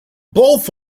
both